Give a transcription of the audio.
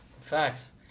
Facts